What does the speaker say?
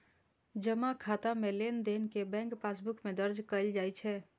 जमा खाता मे लेनदेन कें बैंक पासबुक मे दर्ज कैल जाइ छै